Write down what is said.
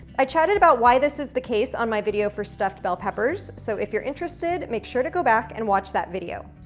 i chatted about why this is the case on my video for stuffed bell peppers, so, if you're interested, make sure to go back and watch that video.